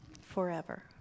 forever